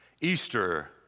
Easter